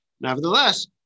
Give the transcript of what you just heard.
Nevertheless